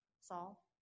Saul